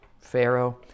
Pharaoh